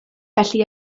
felly